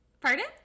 Pardon